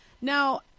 now